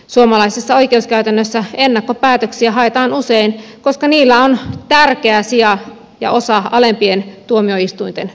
suomalaisessa oikeuskäytännössä ennakkopäätöksiä haetaan usein koska niillä on tärkeä sija ja osa alempien tuomioistuinten ohjaamisessa